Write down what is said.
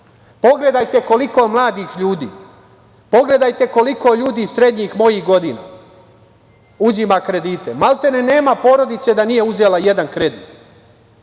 danas. Pogledajte koliko mladih ljudi, pogledajte koliko ljudi srednjih mojih godina uzima kredite? Maltene nema porodice da nije uzela nijedan kredit.